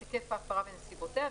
את היקף ההפרה ונסיבותיה,